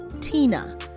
Tina